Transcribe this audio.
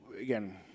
again